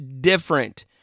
different